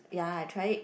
ya I tried it